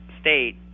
state